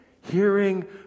Hearing